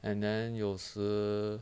and then you 有时